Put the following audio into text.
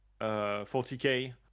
40K